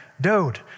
Dode